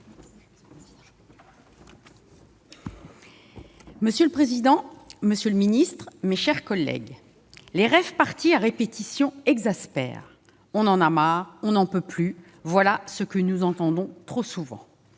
Monsieur le président, monsieur le secrétaire d'État, mes chers collègues, « les raves-parties à répétition exaspèrent »,« on en a marre »,« on n'en peut plus »: voilà ce que nous entendons trop souvent.